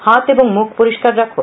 হাত এবং মুখ পরিষ্কার রাখুন